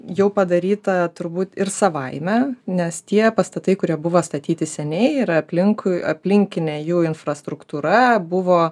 jau padaryta turbūt ir savaime nes tie pastatai kurie buvo statyti seniai yra aplinkui aplinkinė jų infrastruktūra buvo